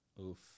Oof